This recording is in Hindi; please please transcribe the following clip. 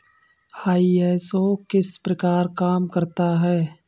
आई.एस.ओ किस प्रकार काम करता है